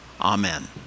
Amen